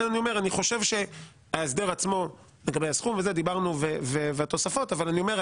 אני חושב שההסדר עצמו לגבי הסכום דיברנו והתוספות אבל אני אומר,